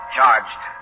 Charged